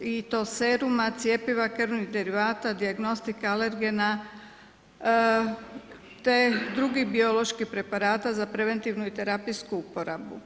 i to seruma, cjepiva, krvnih derivata, dijagnostika, alergena te drugih bioloških preparata za preventivnu i terapijsku uporabu.